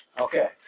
okay